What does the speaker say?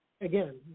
again